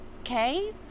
Okay